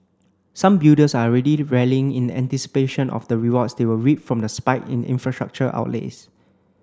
some builders are already rallying in anticipation of the rewards they will reap from the spike in infrastructure outlays